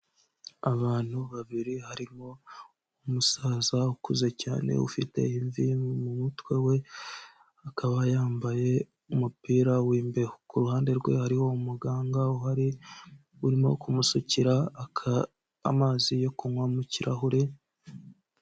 Abantu babiri harimo umusaza ukuze cyane ufite imvi mu mutwe we, akaba yambaye umupira w'imbeho. Ku ruhande rwe hariho umuganga uhari urimo kumusukira amazi yo kunywa mu kirahure.